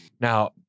Now